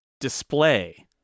display